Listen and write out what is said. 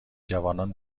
جوانان